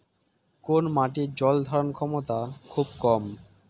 কোন মাটির জল ধারণ ক্ষমতা খুব কম?